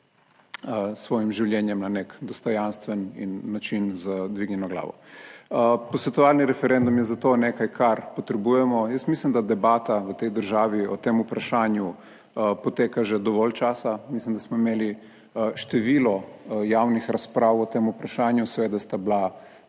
svojim življenjem na nek dostojanstven način z dvignjeno glavo. Posvetovalni referendum je za to nekaj, kar potrebujemo. Jaz mislim, da debata v tej državi o tem vprašanju poteka že dovolj časa. Mislim, da smo imeli število javnih razprav o tem vprašanju. Seveda sta bila